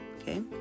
Okay